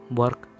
work